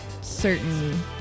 certain